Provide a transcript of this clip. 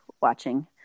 watching